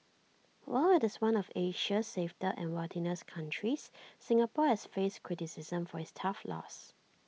while IT is one of Asia's safest and wealthiest countries Singapore has faced criticism for its tough laws